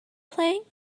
playing